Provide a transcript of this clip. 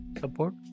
support